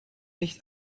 nicht